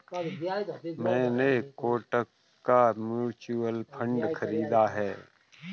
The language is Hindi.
मैंने कोटक का म्यूचुअल फंड खरीदा है